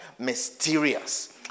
mysterious